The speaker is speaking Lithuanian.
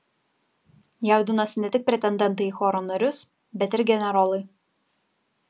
jaudinosi ne tik pretendentai į choro narius bet ir generolai